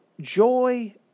joy